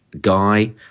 guy